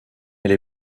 elle